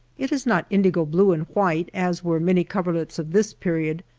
it is not indigo-blue-and-white, as were many coverlets of this period,